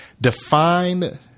define